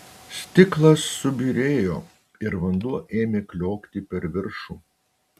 stiklas subyrėjo ir vanduo ėmė kliokti per viršų